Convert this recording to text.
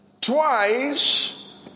Twice